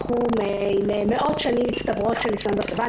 עם מאות שנים מצטברות של ניסיון בצבא.